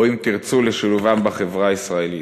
או אם תרצו, לשילובם בחברה הישראלית.